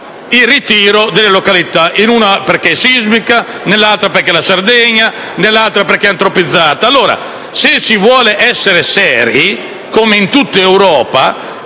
il ritiro delle località: una perché sismica, un'altra perché è la Sardegna, un'altra perché antropizzata. Se si volesse essere seri, come in tutta Europa,